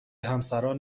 همسران